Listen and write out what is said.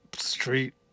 Street